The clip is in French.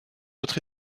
autre